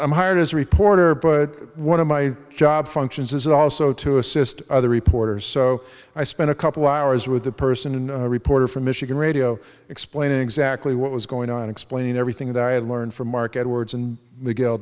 i'm hired as a reporter but one of my job functions is also to assist other reporters so i spent a couple hours with the person in reporter from michigan radio explaining exactly what was going on explaining everything that i had learned from mark edwards and